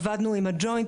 עבדנו עם הג'וינט,